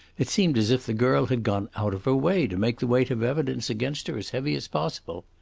it seemed as if the girl had gone out of her way to make the weight of evidence against her as heavy as possible.